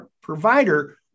provider